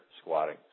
squatting